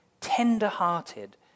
tender-hearted